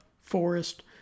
forest